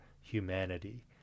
humanity